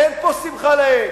אין פה שמחה לאיד,